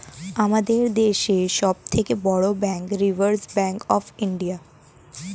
আমাদের দেশের সব থেকে বড় bank reserve bank of India